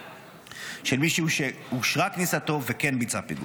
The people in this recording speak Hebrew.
מישהו שאושרה כניסתו וכן בוצע פיגוע.